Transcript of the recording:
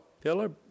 Pillar